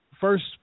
first